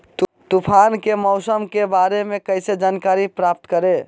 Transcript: तूफान के मौसम के बारे में कैसे जानकारी प्राप्त करें?